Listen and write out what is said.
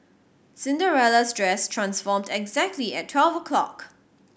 Cinderella's dress transformed exactly at twelve o'clock